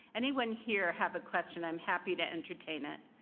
anyone here have a question? i'm happy to entertain it.